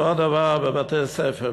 אותו הדבר בבתי-ספר.